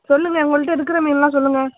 சொல்லுங்க உங்ககிட்ட இருக்கிற மீன்லாம் சொல்லுங்க